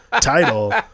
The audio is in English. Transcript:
title